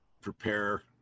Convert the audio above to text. prepare